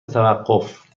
توقف